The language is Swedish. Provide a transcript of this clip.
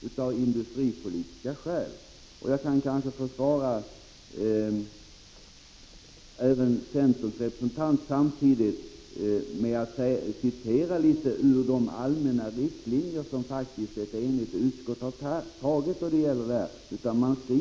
Jag kanske även kan få försvara centerns representant genom att citera ur de allmänna riktlinjer som faktiskt ett enigt utskott har antagit.